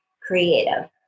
creative